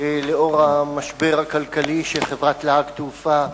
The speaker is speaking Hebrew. לאור המשבר הכלכלי של חברת "להק תעופה".